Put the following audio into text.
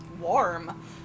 warm